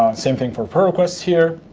same thing for pull requests here.